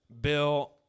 Bill